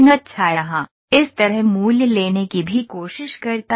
अच्छा यहाँ इस तरह मूल्य लेने की भी कोशिश करता है